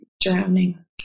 drowning